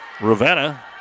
Ravenna